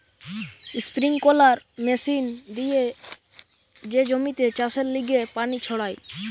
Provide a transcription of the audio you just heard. sprinkler machine দিয়ে যে জমিতে চাষের লিগে পানি ছড়ায়